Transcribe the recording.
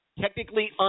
technically